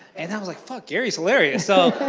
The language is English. and i was like fuck, gary's hilarious! so,